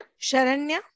Sharanya